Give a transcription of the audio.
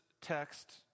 text